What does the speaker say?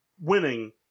winning